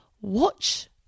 Watch